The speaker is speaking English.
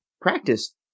practice